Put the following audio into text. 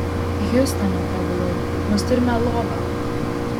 hjustone prabilau mes turime lovą